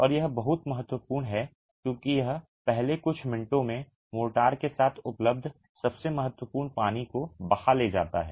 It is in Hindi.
और यह बहुत महत्वपूर्ण है क्योंकि यह पहले कुछ मिनटों में मोर्टार के साथ उपलब्ध सबसे महत्वपूर्ण पानी को बहा ले जाता है